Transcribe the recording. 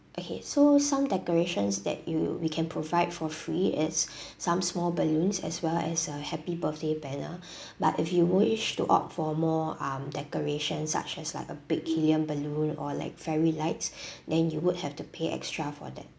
okay so some decorations that we will we can provide for free is some small balloons as well as a happy birthday banner but if you wish to opt for a more um decorations such as like a big helium balloon or like fairy lights then you would have to pay extra for them